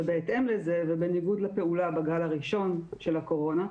ובהתאם לזה ובניגוד לפעולה בגל הראשון של הקורונה,